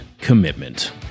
commitment